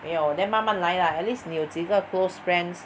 没有 then 慢慢来 lah at least 你有几个 close friends